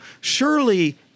Surely